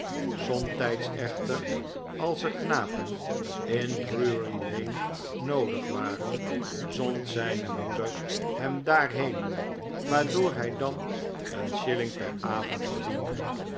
somtijds echter als er knapen in drury-lane noodig waren zond zijne moeder hem daarheen waardoor hij dan een shilling per avond verdiende